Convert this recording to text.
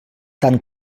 tant